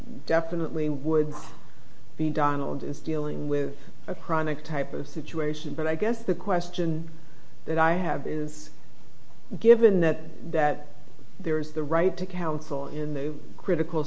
definitely would be donald is dealing with a chronic type of situation but i guess the question that i have is given that that there is the right to counsel in the critical